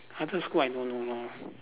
after school I don't know lah